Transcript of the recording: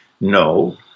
No